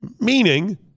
Meaning